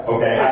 Okay